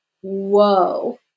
Whoa